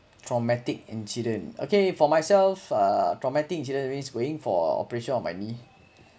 traumatic incident okay for myself uh traumatic incident is going for operation on my knee